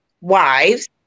wives